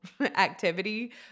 activity